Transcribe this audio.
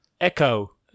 Echo